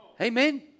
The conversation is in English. Amen